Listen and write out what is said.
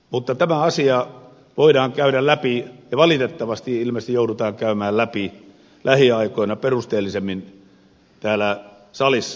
mutta tämä asia voidaan käydä läpi ja valitettavasti joudutaan ilmeisesti käymään läpi lähiaikoina perusteellisemmin täällä salissa